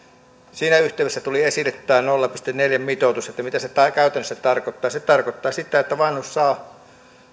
siinä yhteydessä tuli esille tämä nolla pilkku neljä mitoitus mitä se käytännössä tarkoittaa se tarkoittaa sitä että vanhus saa